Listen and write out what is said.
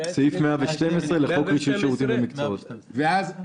112 בחוק רישוי שירותים ומקצועות בענף הרכב.